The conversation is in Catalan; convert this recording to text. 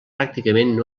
pràcticament